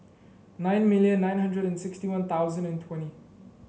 nine million nine hundred and sixty One Thousand and twenty